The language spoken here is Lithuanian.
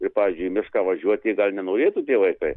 ir pavyzdžiui į mišką važiuot jie gal nenorėtų tie vaikai